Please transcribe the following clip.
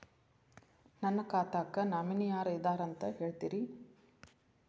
ನನ್ನ ಖಾತಾಕ್ಕ ನಾಮಿನಿ ಯಾರ ಇದಾರಂತ ಹೇಳತಿರಿ?